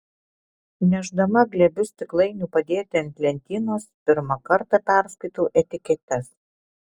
nešdama glėbius stiklainių padėti ant lentynos pirmą kartą perskaitau etiketes